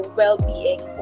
well-being